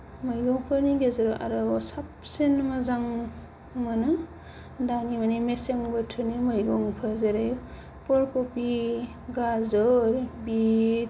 मैगंफोरनि गेजेराव आरोबाव साबसिन मोजां मोनो दानि माने मेसें बोथोरनि मैगंफोर जेरै फुलखफि गाजर बिथ